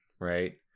right